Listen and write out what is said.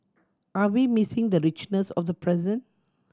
are we missing the richness of the present